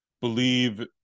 believe